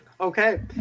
Okay